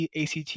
ACT